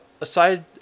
Aside